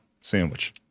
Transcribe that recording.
sandwich